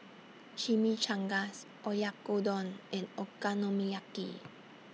Chimichangas Oyakodon and Okonomiyaki